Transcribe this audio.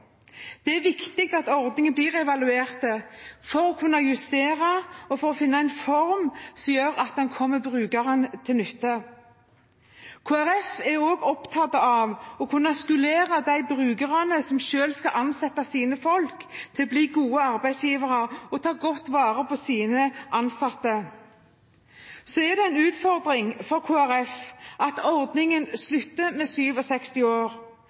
Det er viktig at ordningen blir evaluert for å kunne justere og for å kunne finne en form som gjør at den kommer brukerne til nytte. Kristelig Folkeparti er også opptatt av å kunne skolere de brukerne som selv skal ansette sine folk, til å bli gode arbeidsgivere og ta godt vare på sine ansatte. Det er en utfordring for Kristelig Folkeparti at ordningen slutter ved 67 år.